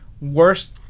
worst